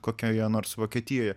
kokioje nors vokietijoje